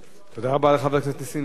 תודה רבה לחבר הכנסת נסים זאב.